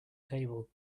table